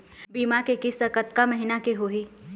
बीमा के किस्त कतका महीना के होही?